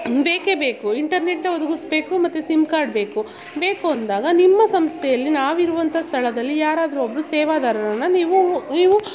ಬೇಕೇ ಬೇಕು ಇಂಟರ್ನೆಟ್ನ ಒದಗಿಸ್ಬೇಕು ಮತ್ತೆ ಸಿಮ್ ಕಾರ್ಡ್ ಬೇಕು ಬೇಕು ಅಂದಾಗ ನಿಮ್ಮ ಸಂಸ್ಥೆಯಲ್ಲಿ ನಾವಿರುವಂಥ ಸ್ಥಳದಲ್ಲಿ ಯಾರಾದರೂ ಒಬ್ಬರು ಸೇವಾದಾರರನ್ನು ನೀವು ನೀವು